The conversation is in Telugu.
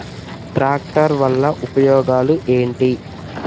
ట్రాక్టర్ వల్ల ఉపయోగాలు ఏంటీ?